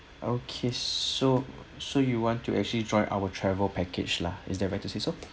okay so so you want to actually join our travel package lah is that right to say so